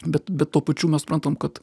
bet bet tuo pačiu mes suprantam kad